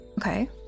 Okay